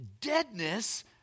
deadness